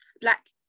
black